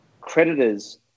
creditors